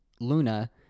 luna